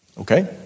Okay